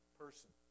person